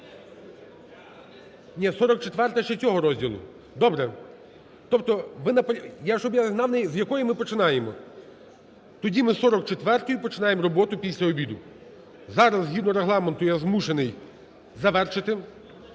Ні 44-а ще цього розділу. Добре… тобто ви… щоб я знав, з якої ми починаємо. Тоді ми з 44-ї починаємо роботу після обіду. Зараз згідно Регламенту я змушений завершити